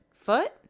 foot